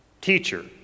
Teacher